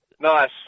nice